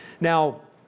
Now